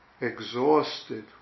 Exhausted